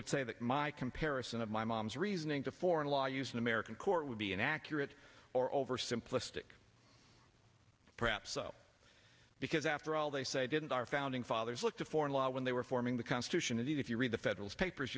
would say that my comparison of my mom's reasoning to foreign law used in american court would be inaccurate or over simplistic perhaps so because after all they say didn't our founding fathers look to foreign law when they were forming the constitution if you read the federalist papers